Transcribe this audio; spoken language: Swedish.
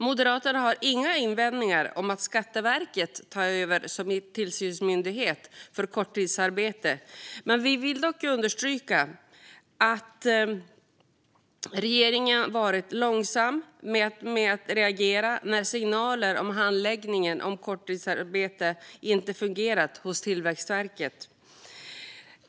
Moderaterna har inga invändningar mot att Skatteverket tar över som tillsynsmyndighet för korttidsarbete. Vi vill dock understryka att regeringen har varit långsam med att reagera när det har kommit signaler om att handläggningen av korttidsarbete inte har fungerat hos Tillväxtverket.